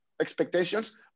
expectations